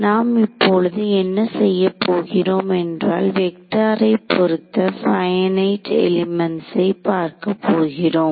நாம் இப்பொழுது என்ன செய்யப்போகிறோம் என்றால் வெக்டாரை பொருத்த பையனைட் எலிமெண்ட்ஸை பார்க்க போகிறோம்